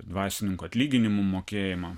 dvasininkų atlyginimų mokėjimą